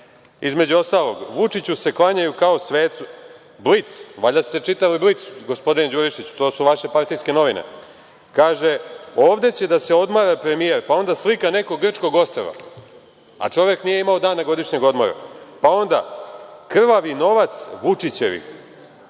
između ostalog – Vučiću se klanjaju kao svecu. „Blic“, valjda ste čitali „Blic“ gospodine Đurišiću, to su vaše partijske novine, kaže – ovde će da se odmara premijer, pa onda slika nekog grčkog ostrva, a čovek nije imao dana godišnjeg odmora. Onda – krvavi novac Vučićevih.